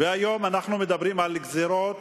היום אנחנו מדברים על גזירות